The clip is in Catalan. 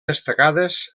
destacades